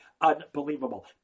Unbelievable